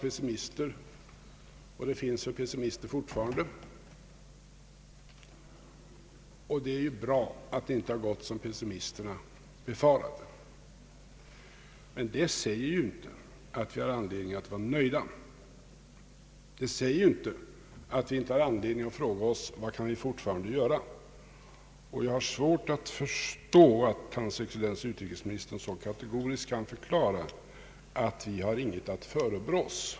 Det fanns och det finns väl fortfarande pessimister. Det är ju bra att det inte har gått som pessimisterna befarade. Men detta säger ju inte att vi har anledning att vara nöjda. Det säger inte att vi saknar anledning att fråga oss vad vi fortfarande kan göra. Jag har svårt att förstå att hans excellens utrikesministern så kategoriskt kan förklara att vi inte har något att förebrå oss.